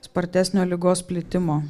spartesnio ligos plitimo